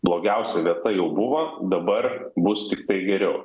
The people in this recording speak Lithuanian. blogiausia vieta jau buvo dabar bus tiktai geriau